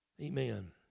Amen